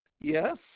Yes